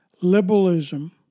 Liberalism